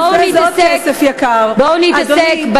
בואו ונתעסק,